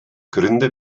gründe